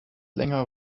länger